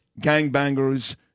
gangbangers